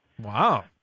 Wow